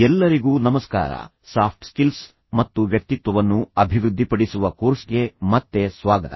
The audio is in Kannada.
ಎಲ್ಲರಿಗೂ ನಮಸ್ಕಾರ ಸಾಫ್ಟ್ ಸ್ಕಿಲ್ಸ್ ಮತ್ತು ವ್ಯಕ್ತಿತ್ವವನ್ನು ಅಭಿವೃದ್ಧಿಪಡಿಸುವ ಕೋರ್ಸ್ಗೆ ಮತ್ತೆ ಸ್ವಾಗತ